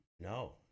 No